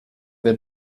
wir